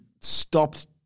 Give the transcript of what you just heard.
stopped